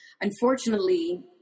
Unfortunately